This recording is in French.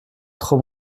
trop